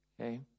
Okay